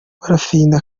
barafinda